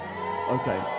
Okay